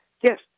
Yes